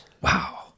Wow